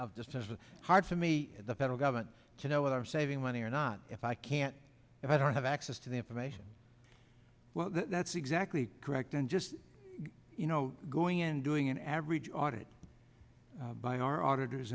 of just as hard for me the federal government to know what i'm saving money or not if i can't if i don't have access to the information well that's exactly correct and just you know going in doing an average audit by our auditors